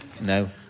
No